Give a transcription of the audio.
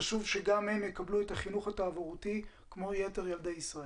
חשוב שגם הם יקבלו את החינוך התעבורתי כמו יתר ילדי ישראל.